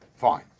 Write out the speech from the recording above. Fine